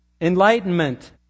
enlightenment